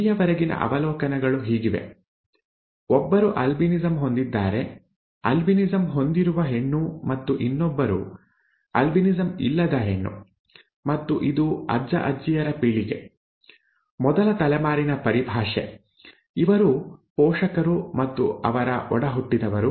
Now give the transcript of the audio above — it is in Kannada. ಇಲ್ಲಿಯವರೆಗಿನ ಅವಲೋಕನಗಳು ಹೀಗಿವೆ ಒಬ್ಬರು ಆಲ್ಬಿನಿಸಂ ಹೊಂದಿದ್ದಾರೆ ಆಲ್ಬಿನಿಸಂ ಹೊಂದಿರುವ ಹೆಣ್ಣು ಮತ್ತು ಇನ್ನೊಬ್ಬರು ಆಲ್ಬಿನಿಸಂ ಇಲ್ಲದ ಹೆಣ್ಣು ಮತ್ತು ಇದು ಅಜ್ಜಅಜ್ಜಿಯರ ಪೀಳಿಗೆ ಮೊದಲ ತಲೆಮಾರಿನ ಪರಿಭಾಷೆ ಇವರು ಪೋಷಕರು ಮತ್ತು ಅವರ ಒಡಹುಟ್ಟಿದವರು